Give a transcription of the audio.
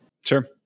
Sure